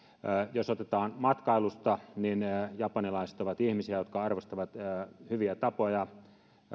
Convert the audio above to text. jos otetaan esimerkki matkailusta niin japanilaiset ovat ihmisiä jotka arvostavat hyviä tapoja